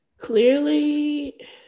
Clearly